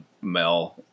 Mel